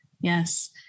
Yes